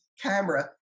camera